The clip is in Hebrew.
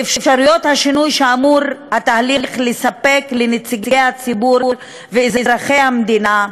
ואפשרויות השינוי שאמור התהליך לספק לנציגי הציבור ואזרחי המדינה.